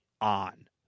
on